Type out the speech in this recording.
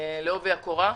לעובי הקורה.